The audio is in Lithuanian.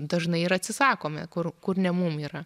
dažnai ir atsisakome kur kur ne mum yra